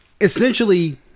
essentially